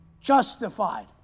justified